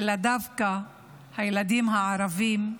אלא דווקא הילדים הערבים,